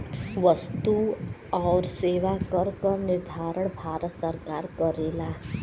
वस्तु आउर सेवा कर क निर्धारण भारत सरकार करेला